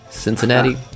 Cincinnati